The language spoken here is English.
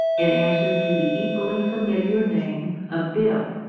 and answered to the equally familiar name of bill.